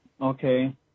Okay